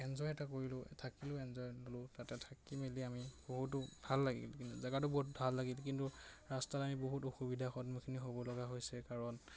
enjoy এটা কৰিলোঁ থাকিলোঁ এনজয় ল'লোঁ তাতে থাকি মেলি আমি বহুতো ভাল লাগিল কিন্তু জেগাটো বহুত ভাল লাগিল কিন্তু ৰাস্তাত আমি বহুত অসুবিধাৰ সন্মুখীন হ'ব লগা হৈছে কাৰণ